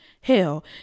Hell